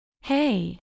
Hey